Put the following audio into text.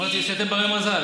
אמרתי שאתם בני מזל.